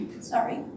Sorry